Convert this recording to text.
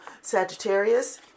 Sagittarius